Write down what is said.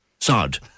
sod